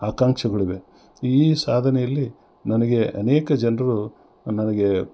ಆಕಾಂಕ್ಷೆಗಳಿವೆ ಈ ಸಾಧನೆಯಲ್ಲಿ ನನಗೆ ಅನೇಕ ಜನರು ನನಗೆ